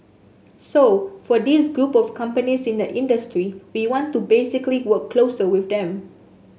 so for these group of companies in the industry we want to basically work closer with them